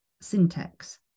syntax